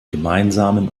gemeinsamen